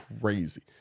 crazy